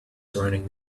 surrounding